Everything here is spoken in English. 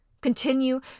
Continue